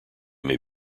may